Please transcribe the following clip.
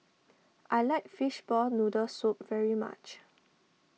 I like Fishball Noodle Soup very much